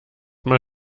mal